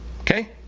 okay